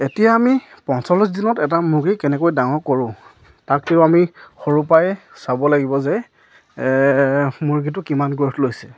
এতিয়া আমি পঞ্চল্লিছ দিনত এটা মুৰ্গী কেনেকৈ ডাঙৰ কৰোঁ তাকে আমি সৰুৰ পৰাই চাব লাগিব যে মূৰ্গীটো কিমান গ্ৰ'থ লৈছে